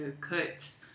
cuts